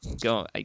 Go